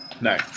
No